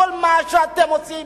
כל מה שאתם עושים,